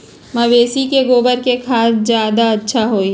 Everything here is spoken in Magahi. मवेसी के गोबर के खाद ज्यादा अच्छा होई?